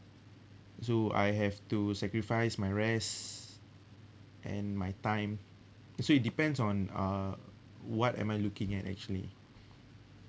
so I have to sacrifice my rest and my time so it depends on uh what am I looking at actually